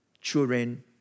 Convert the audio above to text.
children